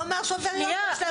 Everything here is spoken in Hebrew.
הוא אמר שעובר יום --- שנייה,